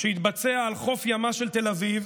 שהתבצע על חוף ימה של תל אביב,